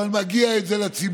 אבל זה מגיע לציבור.